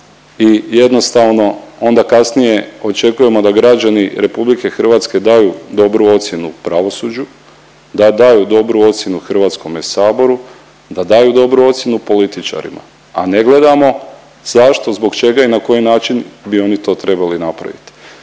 i jednostavno onda kasnije očekujemo da građani RH daju dobru ocjenu pravosuđu, da daju dobru ocjenu HS, da daju dobru ocjenu političarima, a ne gledamo zašto, zbog čega i na koji način bi oni to trebali napravit.